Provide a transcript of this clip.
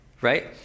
right